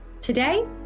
Today